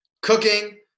Cooking